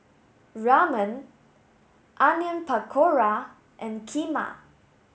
Ramen Onion Pakora and Kheema